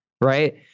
right